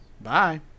Bye